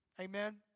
Amen